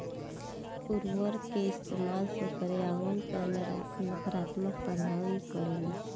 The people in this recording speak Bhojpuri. उर्वरक के इस्तमाल से पर्यावरण पर नकारात्मक प्रभाव भी पड़ेला